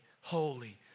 holy